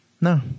No